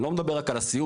הוא לא מדבר רק על הסיעוד,